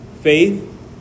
faith